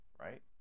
right